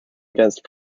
against